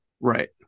Right